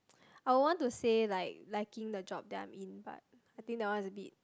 I will want to say like liking the job that I am in but I think that one is a bit